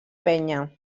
penya